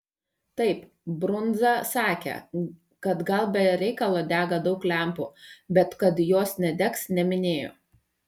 taip brundza sakė kad gal be reikalo dega daug lempų bet kad jos nedegs neminėjo